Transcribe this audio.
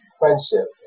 friendship